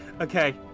Okay